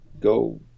go